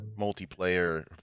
multiplayer